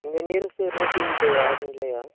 இங்கே நியரஸ்டில் ரிலேட்டிவ் வீட்டு யாரும் இல்லையா